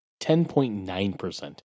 10.9%